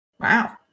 Wow